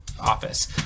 office